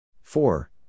four